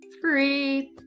Free